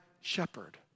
shepherd